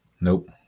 Nope